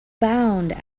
bound